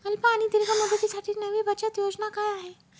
अल्प आणि दीर्घ मुदतीसाठी नवी बचत योजना काय आहे?